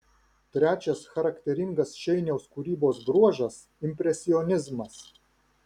trečias charakteringas šeiniaus kūrybos bruožas impresionizmas